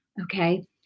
Okay